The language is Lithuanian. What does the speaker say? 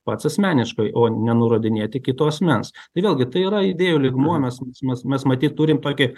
pats asmeniškai o ne nurodinėti kito asmens tai vėlgi tai yra idėjų lygmuo mes mes mes matyt turim tokį